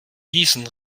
gießen